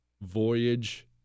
voyage